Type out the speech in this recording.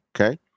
Okay